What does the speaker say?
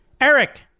Eric